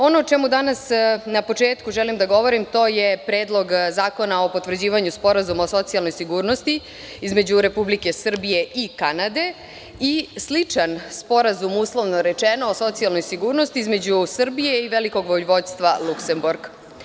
Ono o čemu danas na početku želim da govorim, to je Predlog zakona o potvrđivanju Sporazuma o socijalnoj sigurnosti između Republike Srbije i Kanade i sličan sporazum, uslovno rečeno, o socijalnoj sigurnosti između Srbije i Velikog Vojvodstva Luksemburg.